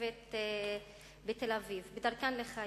הרכבת בתל-אביב בדרכן לחיפה.